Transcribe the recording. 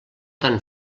tan